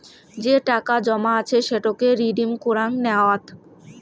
যে টাকা জমা আছে সেটোকে রিডিম কুরাং নেওয়াত